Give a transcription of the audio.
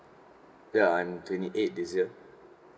ya I'm twenty eight this year